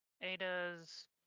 Ada's